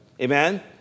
amen